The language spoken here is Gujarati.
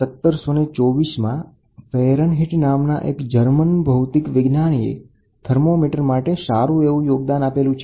સન 1724માં ફેરનહીટ નામના એક જર્મન ભૌતિક વિજ્ઞાનીએ થર્મોમીટર માટે સારુ એવું યોગદાન આપેલું છે